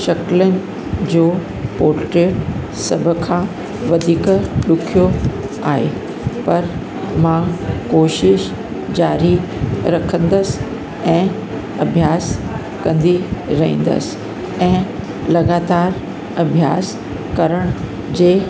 शक्लनि जो पोटरेट सभ खां वधीक ॾुखियो आहे पर मां कोशिश जारी रखंदसि ऐं अभ्यास कंदी रहींदसि ऐं लगातार अभ्यास करण जे